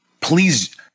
please